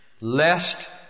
Lest